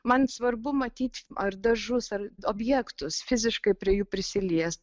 man svarbu matyt ar dažus ar objektus fiziškai prie jų prisiliest